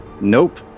nope